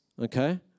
okay